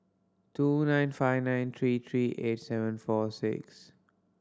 two nine five nine three three eight seven four six